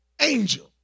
angel